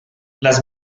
las